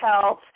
health